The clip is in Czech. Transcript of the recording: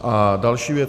A další věc.